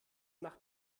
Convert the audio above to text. nach